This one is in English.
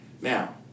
Now